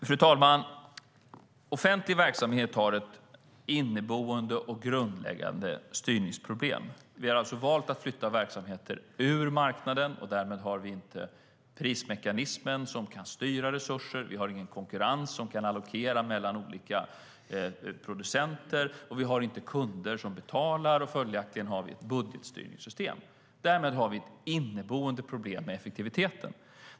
Fru talman! Offentlig verksamhet har ett inneboende och grundläggande styrningsproblem. Vi har valt att flytta verksamheter ur marknaden. Därmed har vi inte prismekanismen som kan styra resurser. Vi har ingen konkurrens som kan allokera mellan olika producenter. Vi har inte kunder som betalar, och följaktligen har vi ett budgetstyrningssystem. Därmed har vi ett inneboende problem med effektiviteten.